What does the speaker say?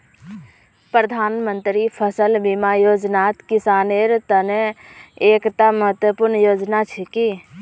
प्रधानमंत्री फसल बीमा योजनात किसानेर त न एकता महत्वपूर्ण योजना छिके